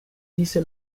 dice